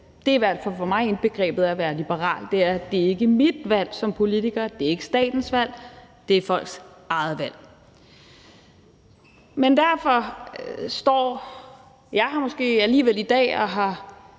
Det er i hvert fald for mig indbegrebet af at være liberal, altså at det ikke er mit valg som politiker, det er ikke statens valg, det er folks eget valg. Men derfor står jeg her måske alligevel i dag og har